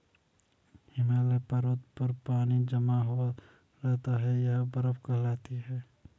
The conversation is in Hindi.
हिमालय पर्वत पर पानी जमा हुआ रहता है यह बर्फ कहलाती है